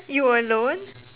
you were alone